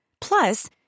Plus